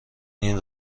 این